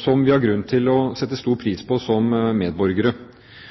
som vi har grunn til å sette stor